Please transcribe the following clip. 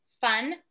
fun